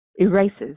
erases